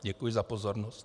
Děkuji za pozornost.